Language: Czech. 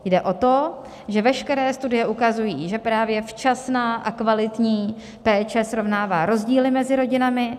Jde o to, že veškeré studie ukazují, že právě včasná a kvalitní péče srovnává rozdíly mezi rodinami.